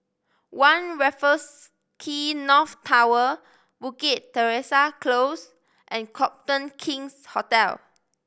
One Raffles Quay North Tower Bukit Teresa Close and Copthorne King's Hotel